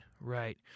right